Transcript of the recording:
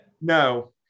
No